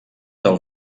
del